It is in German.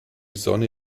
sonne